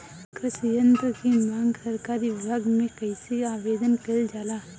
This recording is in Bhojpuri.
कृषि यत्र की मांग सरकरी विभाग में कइसे आवेदन कइल जाला?